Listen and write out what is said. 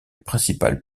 principal